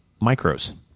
micros